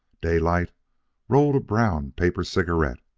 daylight rolled a brown-paper cigarette,